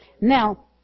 Now